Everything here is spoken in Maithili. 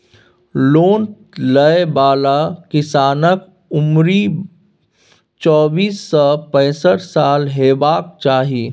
लोन लय बला किसानक उमरि चौबीस सँ पैसठ साल हेबाक चाही